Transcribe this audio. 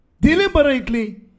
Deliberately